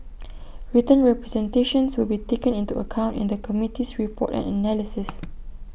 written representations will be taken into account in the committee's report and analysis